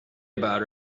about